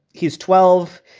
he's twelve,